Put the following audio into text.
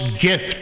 gift